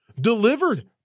delivered